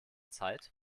zeit